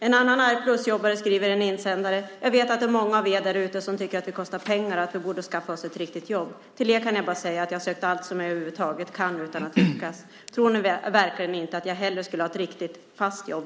En annan arg plusjobbare skriver i en insändare: "Jag vet att det är många av er därute som tycker att vi kostar pengar och att vi borde skaffa oss ett riktigt jobb. Till er kan jag bara säga att jag har sökt allt som jag över huvud taget kan utan att lyckas. Tror ni verkligen inte att jag hellre skulle ha ett 'riktigt' fast jobb?